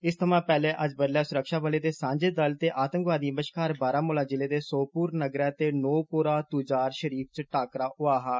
इस थमां पैहलें अज्ज बड्डलै सुरक्षाबलें दे सांझे बल ते आतंकवादिएं बश्कार बारामुला जिले दे सोपोर नग्गरै दे नोपोरा तुज्जार शरीर च टाकार होआ हा